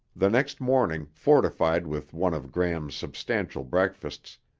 the next morning, fortified with one of gram's substantial breakfasts,